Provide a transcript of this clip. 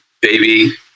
baby